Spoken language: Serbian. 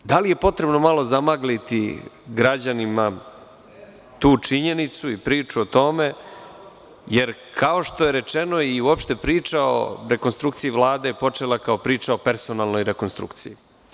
Da li je potrebno malo zamagliti građanima tu činjenicu i priču o tome jer, kao što je rečeno, i uopšte priča o rekonstrukciji Vlade počela kao priča o personalnoj rekonstrukciji.